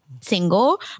single